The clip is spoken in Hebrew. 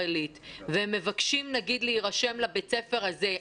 עילית והם מבקשים נגיד להירשם לבית ספר הזה,